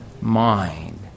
mind